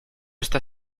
esta